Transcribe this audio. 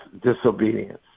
Disobedience